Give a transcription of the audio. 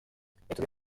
estudió